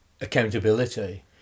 accountability